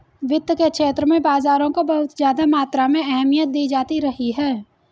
वित्त के क्षेत्र में बाजारों को बहुत ज्यादा मात्रा में अहमियत दी जाती रही है